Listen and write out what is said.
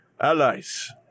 Allies